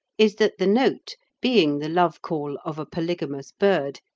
is that the note, being the love-call of a polygamous bird,